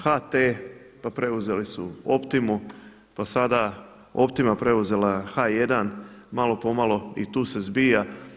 HT pa preuzeli su Optimu, pa sada Optima preuzela H1, malo pomalo i tu se zbija.